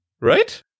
Right